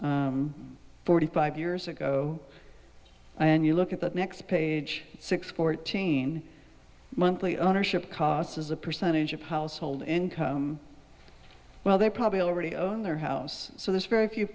forty five years ago and you look at that next page six fourteen monthly ownership costs as a percentage of household income well they probably already own their house so there's very few